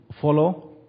follow